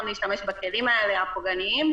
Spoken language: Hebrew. להשתמש להשתמש בכלים האלה הפוגעניים.